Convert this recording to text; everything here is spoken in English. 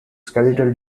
skeletal